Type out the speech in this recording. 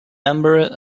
member